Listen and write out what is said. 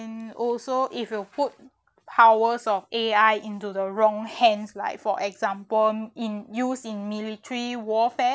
and also if you put powers of A_I into the wrong hands like for example in use in military warfare